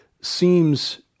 seems